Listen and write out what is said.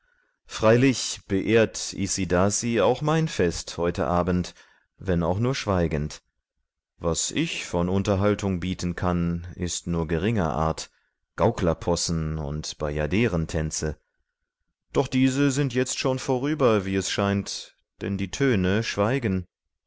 freilich beehrt isidasi auch mein fest heute abend wenn auch nur schweigend was ich von unterhaltung bieten kann ist nur geringer art gauklerpossen und bajaderentänze doch diese sind jetzt schon vorüber wie es scheint denn die töne schwelgen